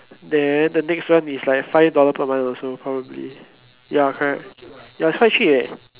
then the next one is like five dollar per month also probably ya correct ya it's quite cheap